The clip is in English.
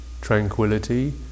tranquility